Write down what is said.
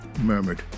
murmured